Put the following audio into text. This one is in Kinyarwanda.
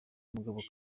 mugabo